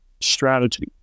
strategy